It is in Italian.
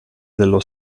dello